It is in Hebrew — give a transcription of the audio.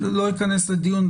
אני לא אכנס לדיון,